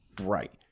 Right